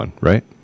right